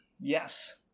yes